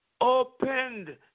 opened